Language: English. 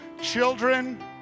Children